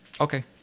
Okay